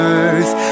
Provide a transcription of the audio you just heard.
earth